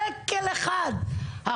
שקל אחד לא יותר,